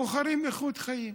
בוחרים איכות חיים.